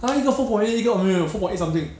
还有一个 four point eight 一个 oh 没有没有 four point eight something